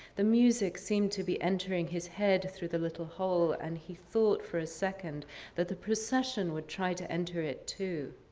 the music seemed to be entering his head through the little hole and he thought for a second that the procession would try to enter it too.